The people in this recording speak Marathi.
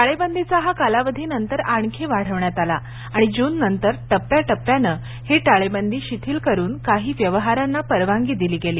टाळेबंदीचा हा कालावधी नंतर आणखी वाढवण्यात आला आणि जूननंतर टप्प्याटप्प्यानं ही टाळेबंदी शिथिल करून काही व्यवहारांना परवानगी दिली गेली